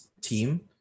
team